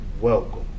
welcome